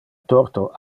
torto